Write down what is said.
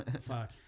Fuck